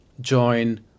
join